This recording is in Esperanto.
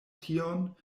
tion